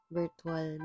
virtual